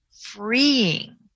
freeing